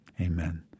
Amen